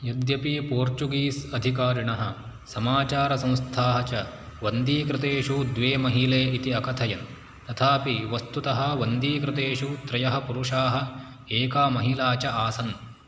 यद्यपि पोर्चुगीज् अधिकारिणः समाचार संस्थाः च वन्दीकृतेषु द्वे महिले इति अकथयन् तथापि वस्तुतः वन्दीकृतेषु त्रयः पुरुषाः एका महिला च आसन्